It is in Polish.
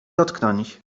dotknąć